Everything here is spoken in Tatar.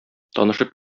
танышып